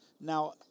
Now